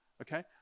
Okay